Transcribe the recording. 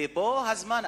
ופה הזמן,